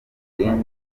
n’izindi